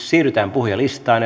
siirrytään puhujalistaan